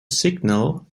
signal